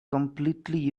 completely